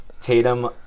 Tatum